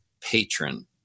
patron